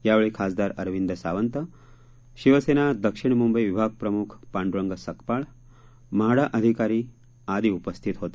यावेळी खासदार अरविंद सावंत शिवसेना दक्षिण मुंबई विभागप्रमुख पांडुरंग सकपाळ म्हाडा अधिकारी आदी उपस्थित होते